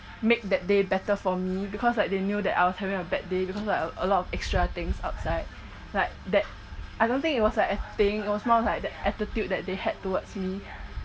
make that day better for me because that they knew that I was having a bad day because I've a lot of extra things outside like that I don't think it was like a thing it was more of like that attitude that they had towards me